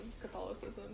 Catholicism